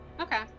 Okay